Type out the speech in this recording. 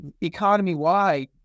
economy-wide